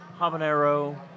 habanero